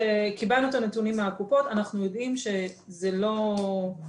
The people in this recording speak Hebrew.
אנחנו קיבלנו את הנתונים מקופות החולים ואנחנו יודעים שזה לא זה,